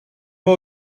pas